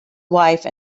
wife